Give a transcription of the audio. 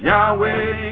Yahweh